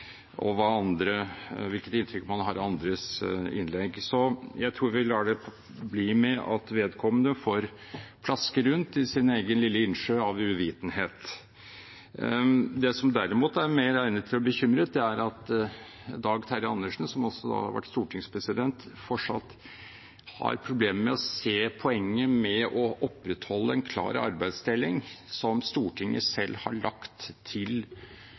og hvilket inntrykk man har av andres innlegg. Så jeg tror vi lar det bli med at vedkommende får plaske rundt i sin egen lille innsjø av uvitenhet. Det som er mer egnet til å bekymre, er at Dag Terje Andersen, som har vært stortingspresident, fortsatt har problemer med å se poenget med å opprettholde en klar arbeidsdeling – som Stortinget selv har lagt til